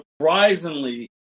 surprisingly